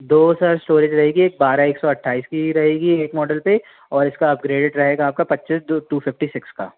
दो sir storage रहेगी एक बारह एक सौ अट्ठाइस की ही रहेगी एक मॉडल पर और इसका अपग्रेडेट रहेगा आपका पच्चीस टू फ़िफ़्टी सिक्स का